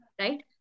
right